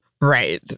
Right